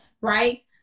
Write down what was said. right